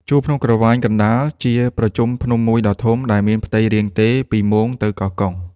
ជួរភ្នំក្រវាញកណ្តាល ជាប្រជុំភ្នំមួយដ៏ធំ ដែលមានផ្ទៃរាងទេរ ពីមោងទៅកោះកុង ។